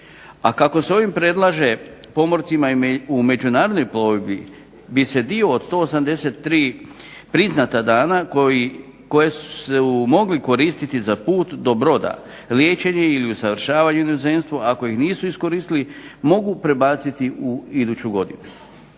A kako se ovim predlaže pomorcima u međunarodnoj plovidbi bi se dio od 183 priznata dana koje su mogli koristiti za put do broda, liječenje ili usavršavanje u inozemstvu ako ih nisu iskoristili mogu prebaciti u iduću godinu.